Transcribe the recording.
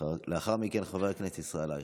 לאחר מכן, חבר הכנסת ישראל אייכלר.